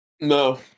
No